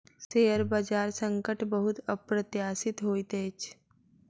share बजार संकट बहुत अप्रत्याशित होइत अछि